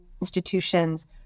institutions